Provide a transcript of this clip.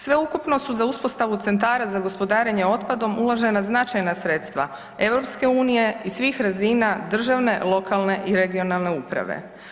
Sveukupno su za uspostavu centara za gospodarenje otpadom uložena značajna sredstva EU i svih razina državne, lokalne i regionalne uprave.